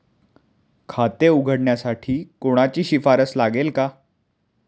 खाते उघडण्यासाठी कोणाची शिफारस लागेल का?